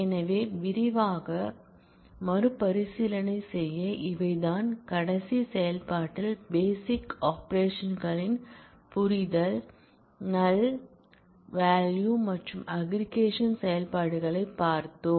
எனவே விரைவாக மறுபரிசீலனை செய்ய இவைதான் கடைசி செயல்பாட்டில் பேசிக் ஆபரேஷன் களின் புரிதல் நல் வால்யூ மற்றும் அக்ரிகேஷன் செயல்பாடுகளை பார்த்தோம்